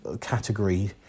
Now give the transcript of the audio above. category